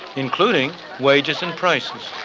including wages and prices.